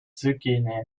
zucchini